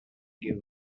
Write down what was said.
give